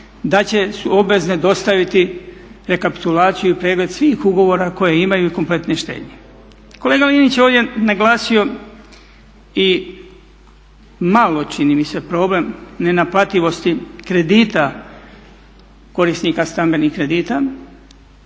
da su obvezne dostaviti rekapitulaciju i pregled svih ugovora koje imaju i kompletne štednje. Kolega Linić je ovdje naglasio i malo čini mi se problem nenaplativosti kredita korisnika stambenih kredita